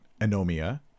anomia